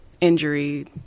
injury